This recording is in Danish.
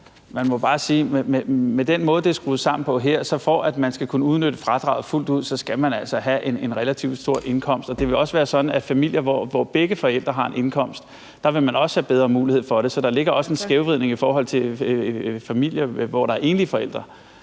må jeg bare sige, at med den måde, det er skruet sammen på her, så skal man for at kunne udnytte fradraget fuldt ud altså have en relativt stor indkomst. Og det vil også være sådan, at i familier, hvor begge forældre har en indkomst, vil man også have bedre mulighed for det. Så der ligger også en skævvridning i forhold til familier med enlige forældre.